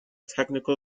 technical